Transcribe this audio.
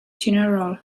general